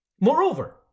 Moreover